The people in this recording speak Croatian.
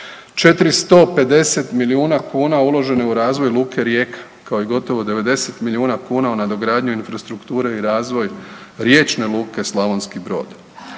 450 milijuna kuna uloženo je u razvoj Luke Rijeka kao i gotovo 90 milijuna kuna u nadogradnju infrastrukture i razvoj Riječne luke Slavonski Brod.